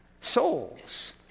Souls